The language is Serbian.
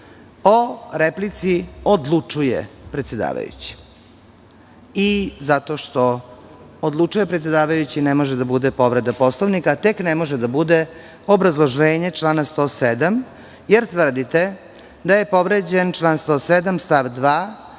"O replici odlučuje predsedavajući" i zato što odlučuje predsedavajući, ne može da bude povreda Poslovnika, a tek ne može da bude obrazloženje člana 107. jer tvrdite da je povređen član 107. stav 2,